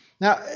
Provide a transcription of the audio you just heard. Now